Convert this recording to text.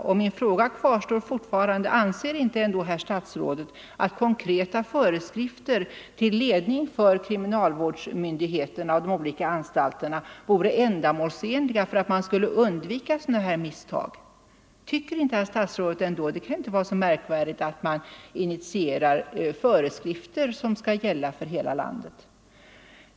Och min fråga kvarstår: Anser ändå inte herr statsrådet att konkreta föreskrifter till ledning för kriminalvårdsmyndigheterna och de olika anstalterna vore ändamålsenliga för att undvika sådana här misstag? Tycker inte herr statsrådet det? Det kan ju inte vara så märkvärdigt att initiera föreskrifter som skall gälla för hela landet.